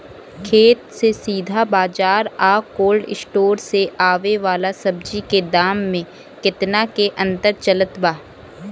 खेत से सीधा बाज़ार आ कोल्ड स्टोर से आवे वाला सब्जी के दाम में केतना के अंतर चलत बा?